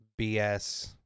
bs